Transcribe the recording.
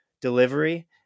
delivery